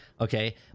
okay